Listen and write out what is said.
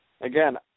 Again